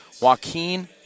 Joaquin